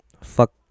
Fuck